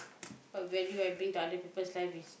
what value I bring to other people lives is